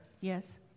Yes